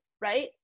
right